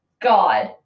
God